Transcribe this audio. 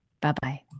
Bye-bye